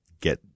get